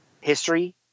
history